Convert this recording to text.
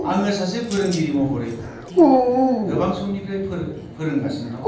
आङो सासे फोरोंगिरि महरै गोबां समनिफ्राय फोरों फोरोंगासिनो दं